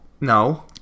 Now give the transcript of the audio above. No